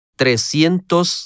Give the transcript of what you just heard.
trescientos